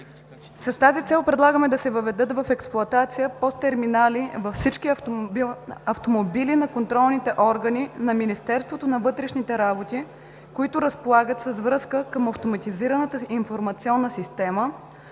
С тази цел предлагаме да се въведат в експлоатация ПОС терминали във всички автомобили на контролните органи на Министерството на вътрешните работи, които разполагат с връзка към Автоматизираната информационна система